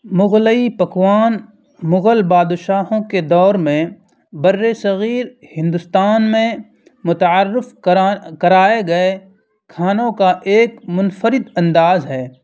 مغلئی پکوان مغل بادشاہوں کے دور میں برصغیر ہندوستان میں متعارف کرائے گئے کھانوں کا ایک منفرد انداز ہے